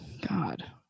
god